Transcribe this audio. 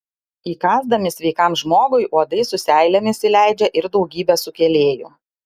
įkąsdami sveikam žmogui uodai su seilėmis įleidžia ir daugybę sukėlėjų